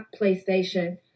PlayStation